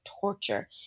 torture